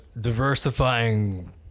diversifying